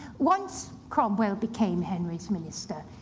once cromwell became henry's minister,